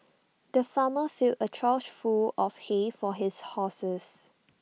the farmer filled A trough full of hay for his horses